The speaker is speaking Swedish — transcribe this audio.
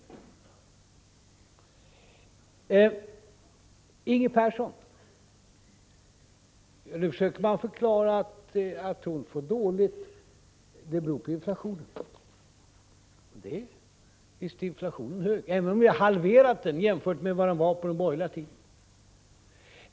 Att Inger Persson får det dåligt försöker man förklara med att det beror på inflationen. Visst är inflationen hög, även om vi har halverat den jämfört med vad den var på den borgerliga tiden.